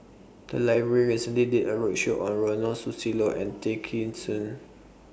The Library recently did A roadshow on Ronald Susilo and Tay Kheng Soon